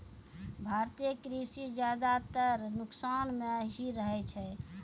भारतीय कृषि ज्यादातर नुकसान मॅ ही रहै छै